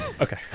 Okay